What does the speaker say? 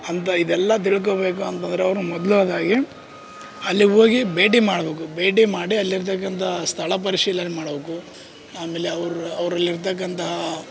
ಅಂತ ಇದೆಲ್ಲಾ ತಿಳ್ಕೋಳ್ಬೇಕು ಅಂತಂದರೆ ಅವರು ಮೊದಲ್ನೇದಾಗಿ ಅಲ್ಲಿ ಹೋಗಿ ಭೇಟಿ ಮಾಡಬೇಕು ಭೇಟಿ ಮಾಡಿ ಅಲ್ಲಿರ್ತಕ್ಕಂಥ ಸ್ಥಳ ಪರಿಶೀಲನೆ ಮಾಡಬೇಕು ಆಮೇಲೆ ಅವ್ರು ಅವ್ರಲ್ಲಿರ್ತಕ್ಕಂಥ